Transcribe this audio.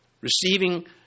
receiving